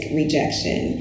rejection